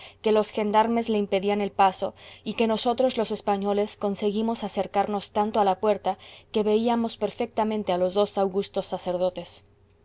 que los gendarmes le impedían el paso y que nosotros los españoles conseguimos acercarnos tanto a la puerta que veíamos perfectamente a los dos augustos sacerdotes